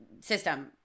system